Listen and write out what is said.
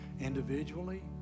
individually